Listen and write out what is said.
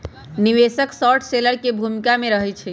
निवेशक short seller की भूमिका में रहइ छै